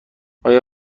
آیا